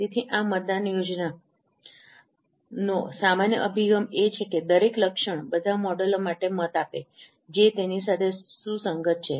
તેથી આ મતદાન યોજનાનો સામાન્ય અભિગમ એ છે કે દરેક લક્ષણ બધા મોડેલો માટે મત આપે જે તેની સાથે સુસંગત છે